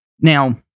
Now